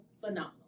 phenomenal